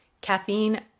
Caffeine